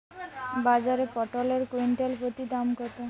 বাজারে পটল এর কুইন্টাল প্রতি দাম কত?